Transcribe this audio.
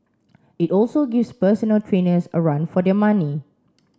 it also gives personal trainers a run for their money